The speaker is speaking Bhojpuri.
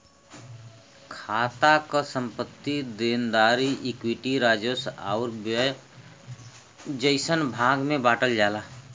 खाता क संपत्ति, देनदारी, इक्विटी, राजस्व आउर व्यय जइसन भाग में बांटल जाला